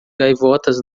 gaivotas